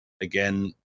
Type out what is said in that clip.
again